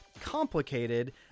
complicated